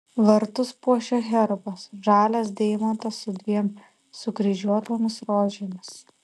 vartus puošia herbas žalias deimantas su dviem sukryžiuotomis rožėmis